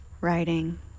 Writing